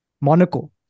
Monaco